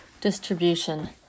Distribution